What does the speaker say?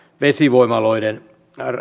vesivoimaloiden